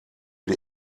die